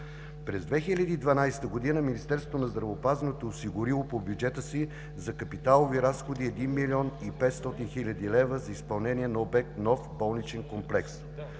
През 2012 г. Министерството на здравеопазването е осигурило по бюджета си за капиталови разходи 1 млн. 500 хил. лв. за изпълнение на обект „Нов болничен комплекс”.